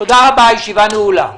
תודה רבה.